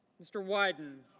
mr. wyden.